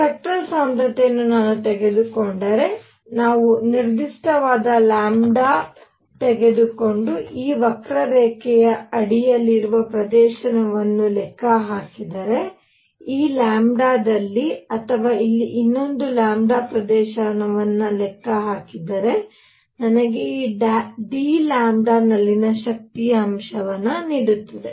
spectral ಸಾಂದ್ರತೆಯನ್ನು ನಾನು ತೆಗೆದುಕೊಂಡರೆ ನಾನು ನಿರ್ದಿಷ್ಟವಾದ ತೆಗೆದುಕೊಂಡು ಈ ವಕ್ರರೇಖೆಯ ಅಡಿಯಲ್ಲಿರುವ ಪ್ರದೇಶವನ್ನು ಲೆಕ್ಕ ಹಾಕಿದರೆ ಈ ಲ್ಯಾಂಬ್ಡಾದಲ್ಲಿ ಅಥವಾ ಇಲ್ಲಿ ಇನ್ನೊಂದು ಪ್ರದೇಶವನ್ನು ಲೆಕ್ಕಹಾಕಿದರೆ ನನಗೆ ಈ d ನಲ್ಲಿನ ಶಕ್ತಿಯ ಅಂಶವನ್ನು ನೀಡುತ್ತದೆ